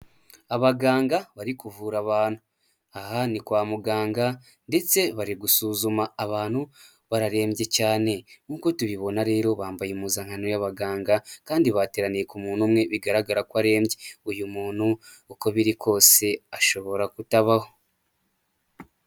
Abaganga bari kuvura abantu, aha ni kwa muganga ndetse bari gusuzuma abantu bararembye cyane ,nkuko tubibona rero bambaye impuzankano y'abaganga kandi bateraniye ku muntu umwe bigaragara ko arembye, uyu muntu uko biri kose ashobora kutabaho.